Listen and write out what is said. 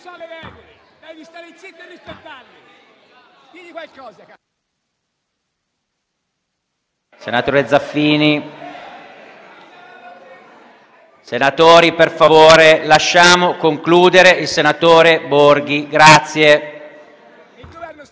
Senatore Zaffini, per favore, lasciamo concludere il senatore Borghi. RENZI